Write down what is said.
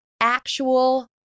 Actual